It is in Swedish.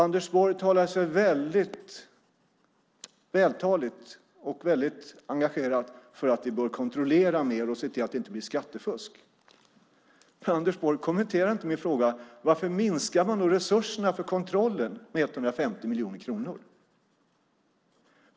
Anders Borg talade väldigt vältaligt och väldigt engagerat för att vi bör kontrollera mer och se till att det inte blir skattefusk. Men Anders Borg kommenterade inte min fråga varför man då minskar resurserna för kontrollen med 150 miljoner kronor.